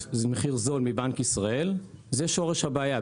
במחיר זול מבנק ישראל זה שורש הבעיה.